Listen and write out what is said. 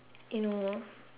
you know law